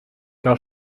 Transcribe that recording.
car